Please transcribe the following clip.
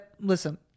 listen